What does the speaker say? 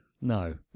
No